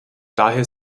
daher